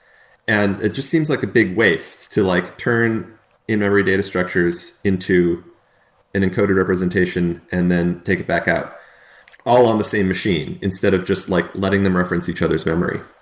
and it just seems like a big waste to like turn in-memory data structures into an encoded representation and then take it back out all on the same machine instead of just like letting them reference each other's memory